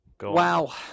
Wow